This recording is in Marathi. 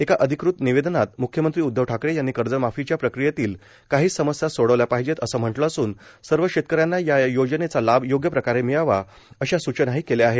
एका अधिकृत निवेदनात म्ख्यमंत्री उद्धव ठाकरे यांनी कर्जमाफीच्या प्रक्रियेतील काही समस्या सोडवल्या पाहिजेत असे म्हंटले असून सर्व शेतकऱ्यांना या योजनेचा लाभ योग्य प्रकारे मिळावा अशा सूचनाही केल्या आहेत